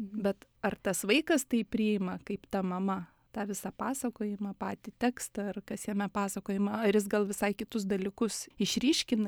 bet ar tas vaikas taip priima kaip ta mama tą visą pasakojimą patį tekstą ar kas jame pasakojama ar jis gal visai kitus dalykus išryškina